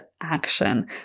action